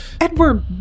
Edward